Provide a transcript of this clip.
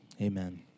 Amen